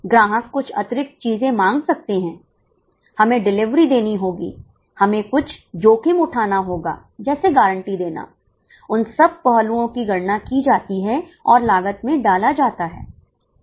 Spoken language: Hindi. ग्राहक कुछ अतिरिक्त चीजें मांग सकते हैंहमें डिलीवरी देनी होगी हमें कुछ जोखिम उठाना होगा जैसे गारंटी देना उन सभी पहलुओं की गणना की जाती है और लागत में डाला जाता है